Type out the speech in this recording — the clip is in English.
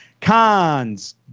Cons